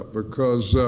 because